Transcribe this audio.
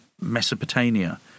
Mesopotamia